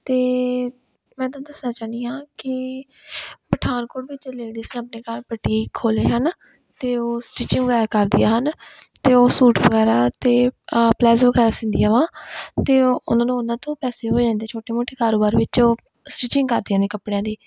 ਅਤੇ ਮੈਂ ਤੁਹਾਨੂੰ ਦੱਸਣਾ ਚਾਹੁੰਦੀ ਹਾਂ ਕਿ ਪਠਾਨਕੋਟ ਵਿੱਚ ਲੇਡੀਜ ਆਪਣੇ ਘਰ ਬਟੀਕ ਖੋਲ੍ਹੇ ਹਨ ਅਤੇ ਉਹ ਸਟਿਚਿੰਗ ਵਗੈਰਾ ਕਰਦੀਆਂ ਹਨ ਅਤੇ ਉਹ ਸੂਟ ਵਗੈਰਾ ਅਤੇ ਪਲਾਜੋ ਵਗੈਰਾ ਸਿਉਂਦੀਆਂ ਵਾ ਅਤੇ ਉਹਨਾਂ ਨੂੰ ਉਹਨਾਂ ਤੋਂ ਪੈਸੇ ਹੋ ਜਾਂਦੇ ਛੋਟੇ ਮੋਟੇ ਕਾਰੋਬਾਰ ਵਿੱਚ ਉਹ ਸਟੀਚਿੰਗ ਕਰਦੀਆਂ ਨੇ ਕੱਪੜਿਆਂ ਦੀ